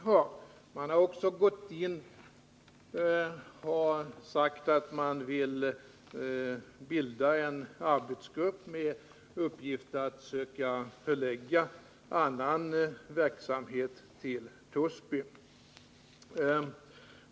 Företagsledningen har även sagt att den vill bilda en arbetsgrupp med uppgift att söka förlägga annan verksamhet till Torsby.